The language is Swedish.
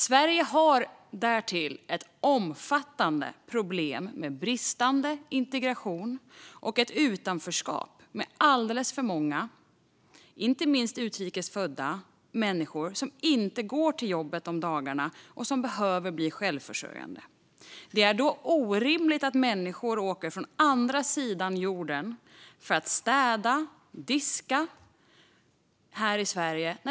Sverige har därtill ett omfattande problem med bristande integration och ett utanförskap med alldeles för många människor, inte minst utrikesfödda, som inte går till jobbet och som behöver bli självförsörjande. Då är det orimligt att människor ska åka från andra sidan jorden för att städa eller diska här i Sverige.